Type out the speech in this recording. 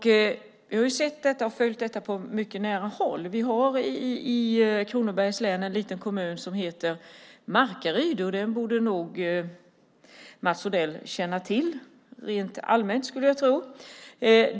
Jag har sett och följt detta på mycket nära håll. Vi har i Kronobergs län en liten kommun som heter Markaryd. Den borde nog Mats Odell känna till, rent allmänt.